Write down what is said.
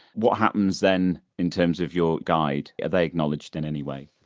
what happens then in terms of your guide are they acknowledged in any way?